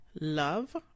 Love